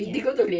yes